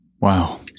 Wow